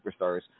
superstars